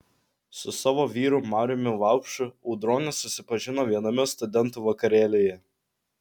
su savo vyru mariumi vaupšu audronė susipažino viename studentų vakarėlyje